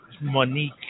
monique